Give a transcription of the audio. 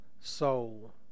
soul